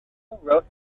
wrote